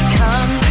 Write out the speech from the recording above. come